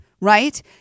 right